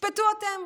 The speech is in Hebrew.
תשפטו אתם.